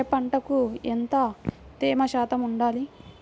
ఏ పంటకు ఎంత తేమ శాతం ఉండాలి?